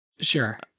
Sure